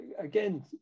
again